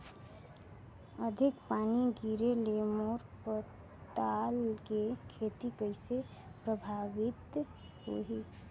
अधिक पानी गिरे ले मोर पताल के खेती कइसे प्रभावित होही?